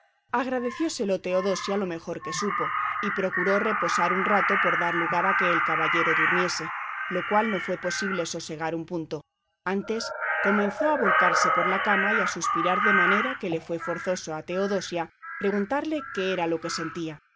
a vuestro remedio agradecióselo teodosia lo mejor que supo y procuró reposar un rato por dar lugar a que el caballero durmiese el cual no fue posible sosegar un punto antes comenzó a volcarse por la cama y a suspirar de manera que le fue forzoso a teodosia preguntarle qué era lo que sentía